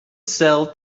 sell